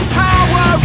power